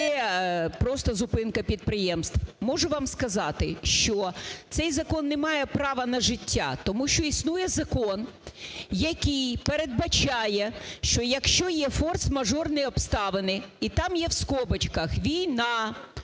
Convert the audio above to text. де просто зупинка підприємств. Можу вам сказати, що цей закон немає права на життя. Тому що існує закон, який передбачає, що якщо є форс-мажорні обставини і там є в скобочках "війна",